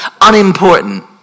unimportant